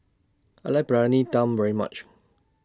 I like Briyani Dum very much